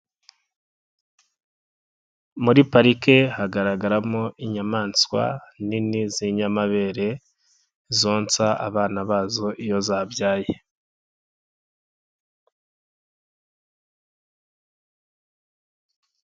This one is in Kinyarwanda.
Muri parike hagaragaramo inyamaswa nini z'inyamabere, zonsa abana bazo iyo zabyaye.